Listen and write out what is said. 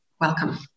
Welcome